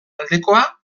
aldekoa